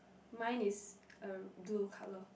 mine is uh blue color